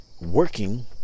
working